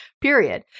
period